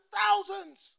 thousands